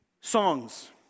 Songs